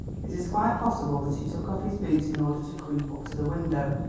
it is quite possible that he took off his boots in order to creep up to the window.